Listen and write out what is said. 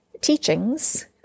teachings